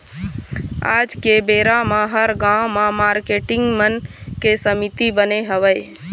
आज के बेरा म हर गाँव म मारकेटिंग मन के समिति बने हवय